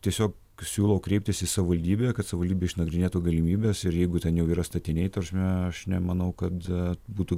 tiesiog siūlau kreiptis į savivaldybę kad savivaldybė išnagrinėtų galimybes ir jeigu ten jau yra statiniai ta prasme aš nemanau kad būtų